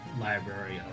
library